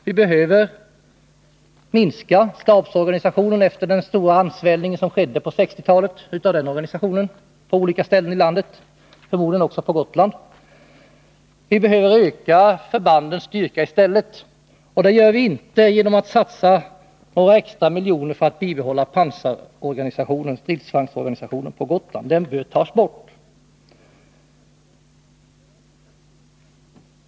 Vi behöver minska stabsorganisationen efter den stora ansvällning av organisationen som skedde på 1960-talet på olika ställen i landet — förmodligen också på Gotland. Vi behöver öka förbandens styrka i stället, och det gör vi inte genom att satsa extra miljoner på att bibehålla stridsvagnsorganisationen på Gotland. Den bör tas bort.